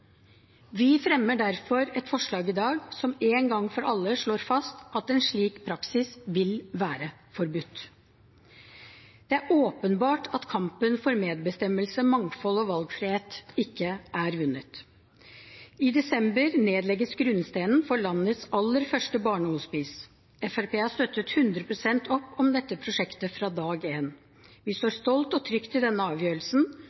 Vi fremmer derfor et forslag i dag som en gang for alle slår fast at en slik praksis vil være forbudt. Det er åpenbart at kampen for medbestemmelse, mangfold og valgfrihet ikke er vunnet. I desember nedlegges grunnsteinen for landets aller første barnehospice. Fremskrittspartiet har støttet 100 pst. opp om dette prosjektet fra dag én. Vi står stolt og trygt i denne avgjørelsen,